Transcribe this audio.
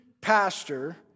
pastor